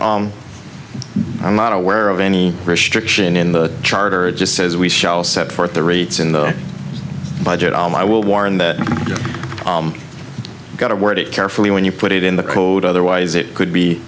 share i'm not aware of any restriction in the charter it just says we shall set forth the rates in the budget all my will warn that you got to word it carefully when you put it in the code otherwise it could be